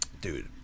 dude